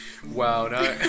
Wow